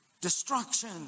destruction